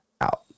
out